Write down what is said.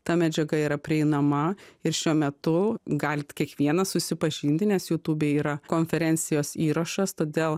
ta medžiaga yra prieinama ir šiuo metu galit kiekvienas susipažinti nes jūtūbė yra konferencijos įrašas todėl